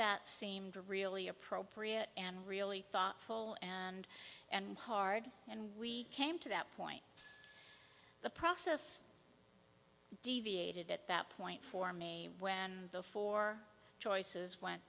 that seemed really appropriate and really thoughtful and and hard and we came to that point the process deviated at that point for me when before choices